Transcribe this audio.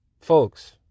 folks